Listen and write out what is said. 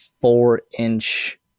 four-inch